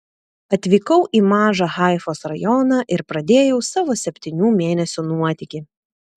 atvykau į mažą haifos rajoną ir pradėjau savo septynių mėnesių nuotykį